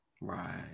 Right